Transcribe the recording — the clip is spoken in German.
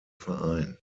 verein